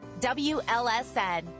WLSN